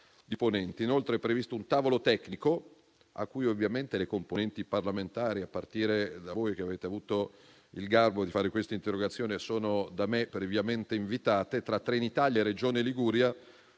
inoltre previsto un tavolo tecnico (a cui ovviamente le componenti parlamentari, a partire da voi che avete avuto il garbo di presentare questa interrogazione, sono da me previamente invitate) tra Trenitalia e Regione Liguria,